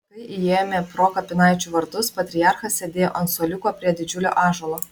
kai įėjome pro kapinaičių vartus patriarchas sėdėjo ant suoliuko prie didžiulio ąžuolo